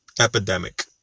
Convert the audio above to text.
Epidemic